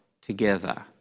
together